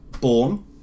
Born